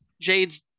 Jade's